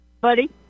buddy